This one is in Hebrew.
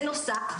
בנוסף,